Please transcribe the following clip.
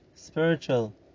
spiritual